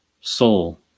soul